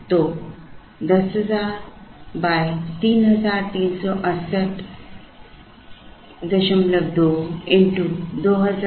तो 10000 63682 2000 x 20 3000 x 19 13682 x 18 ज्ञात किया गया